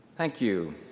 thank you.